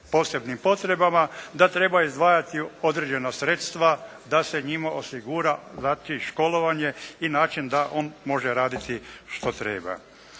posebnim potrebama, da treba izdvajati određena sredstva da se njima osigura znači školovanje i način da on može raditi što treba.